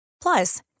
Plus